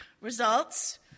Results